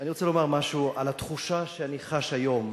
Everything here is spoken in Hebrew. אני רוצה לומר משהו על התחושה שאני חש היום.